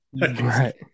right